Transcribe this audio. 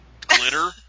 glitter